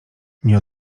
nie